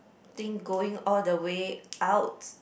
think going all the way out